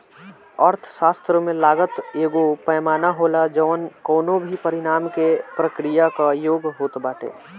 अर्थशास्त्र में लागत एगो पैमाना होला जवन कवनो भी परिणाम के प्रक्रिया कअ योग होत बाटे